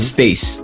Space